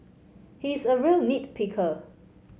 he is a real nit picker